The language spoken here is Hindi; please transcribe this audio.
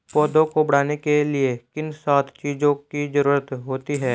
पौधों को बढ़ने के लिए किन सात चीजों की जरूरत होती है?